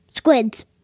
Squids